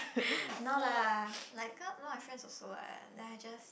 no lah like a a lot of my friends also what then I just